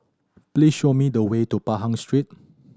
please show me the way to Pahang Street